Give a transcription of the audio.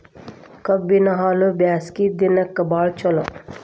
ಕಬ್ಬಿನ ಹಾಲು ಬ್ಯಾಸ್ಗಿ ದಿನಕ ಬಾಳ ಚಲೋ